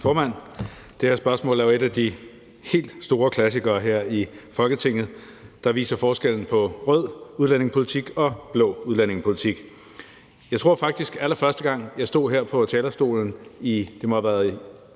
Det her spørgsmål er jo en af de helt store klassikere her i Folketinget, der viser forskellen på rød udlændingepolitik og blå udlændingepolitik. Jeg tror faktisk, at da jeg den allerførste gang stod her på talerstolen i